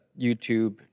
YouTube